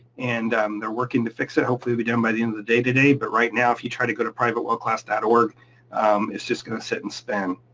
and they're working to fix it, hopefully it'd be done by the end of the day today. but right now, if you try to go to privatewellclass dot org it's just gonna sit and spin,